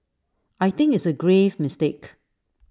I think it's A grave mistake